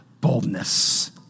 Boldness